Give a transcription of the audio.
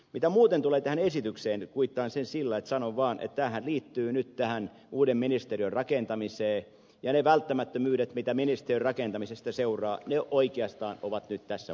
mitä muuten tulee tähän esitykseen kuittaan sen sillä että sanon vaan että tämähän liittyy nyt tähän uuden ministeriön rakentamiseen ja ne välttämättömyydet jotka ministeriön rakentamisesta seuraavat oikeastaan ovat nyt tässä mukana